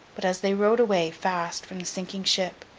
but, as they rowed away, fast, from the sinking ship,